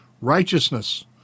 Righteousness